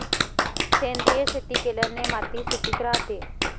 सेंद्रिय शेती केल्याने माती सुपीक राहते